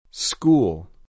School